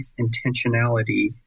intentionality